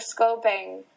scoping